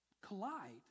collide